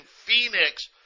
Phoenix